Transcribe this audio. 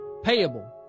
payable